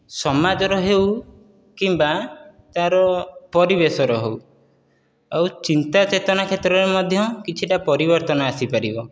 ସମାଜର ହେଉ କିମ୍ବା ତା'ର ପରିବେଶର ହେଉ ଆଉ ଚିନ୍ତା ଚେତନା କ୍ଷେତ୍ରରେ ମଧ୍ୟ କିଛିଟା ପରିବର୍ତ୍ତନ ଆସିପାରିବ